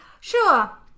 Sure